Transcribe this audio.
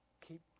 keep